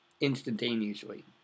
instantaneously